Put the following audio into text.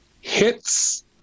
hits